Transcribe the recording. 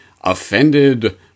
offended